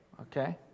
okay